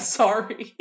sorry